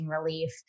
relief